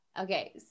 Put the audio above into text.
Okay